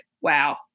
Wow